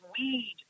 weed